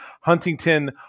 Huntington